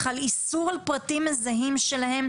חל איסור על פרטים מזהים שלהם,